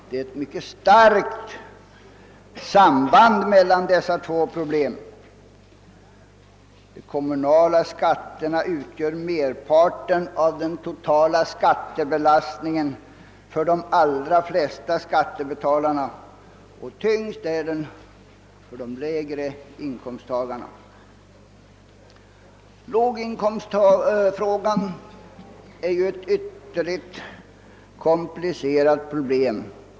Det finns ett mycket starkt samband mellan dessa två problem. De kommunala skatterna utgör merparten av den totala skattebelastningen för de allra flesta skattebetalare, och tyngst är de för de lägre inkomsttagarna. Låginkomstfrågan är ju ett ytterligt komplicerat problem.